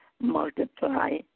multiply